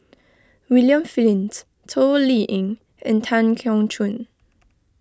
William Flint Toh Liying and Tan Keong Choon